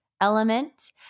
element